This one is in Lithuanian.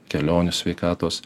kelionių sveikatos